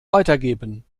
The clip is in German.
weitergeben